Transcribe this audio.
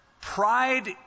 pride